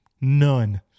none